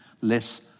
less